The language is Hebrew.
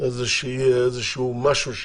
שיהיה משהו,